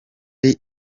iri